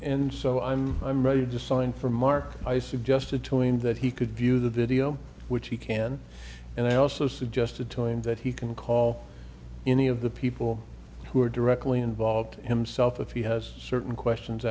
and so i'm i'm ready to sign for mark i suggested to him that he could view the video which he can and i also suggested to him that he can call any of the people who are directly involved himself if he has certain questions